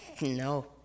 no